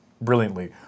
brilliantly